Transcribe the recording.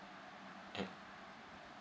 at